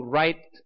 right